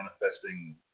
manifesting